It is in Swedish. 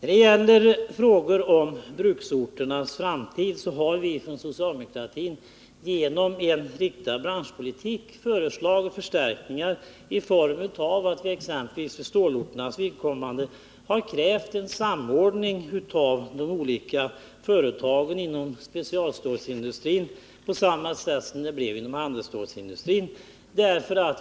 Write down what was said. I frågor som gällt bruksorternas framtid har socialdemokratin föreslagit förstärkningar genom en riktad branschpolitik. Exempelvis har vi krävt en samordning av de olika företagen inom specialstålsindustrin på samma sätt som det blev inom handelsstålsindustrin.